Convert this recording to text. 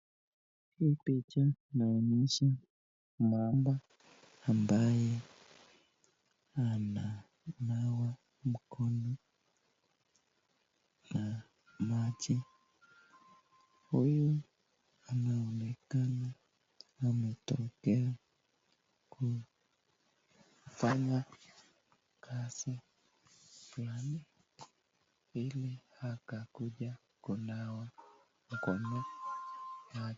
Hii picha inaonyesha mama ambaye ananawa mkono na maji, huyu anaonekana ametokea kufanya kazi fulani ili akakuja kunawa mkono yake.